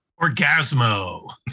Orgasmo